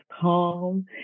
calm